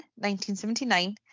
1979